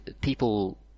people